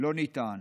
לא ניתן.